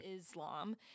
Islam